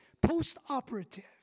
post-operative